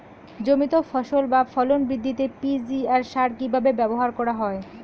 জমিতে ফসল বা ফলন বৃদ্ধিতে পি.জি.আর সার কীভাবে ব্যবহার করা হয়?